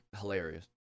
Hilarious